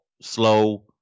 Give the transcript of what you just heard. slow